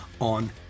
on